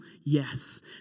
yes